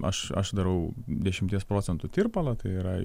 aš aš darau dešimties procentų tirpalą tai yra